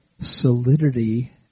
solidity